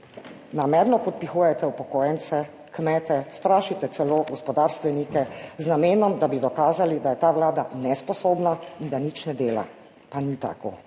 Namerno podpihujete upokojence, kmete, strašite celo gospodarstvenike, z namenom, da bi dokazali, da je ta Vlada nesposobna in da nič ne dela. Pa ni tako,